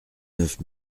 neuf